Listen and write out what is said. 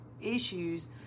issues